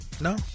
No